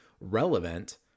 relevant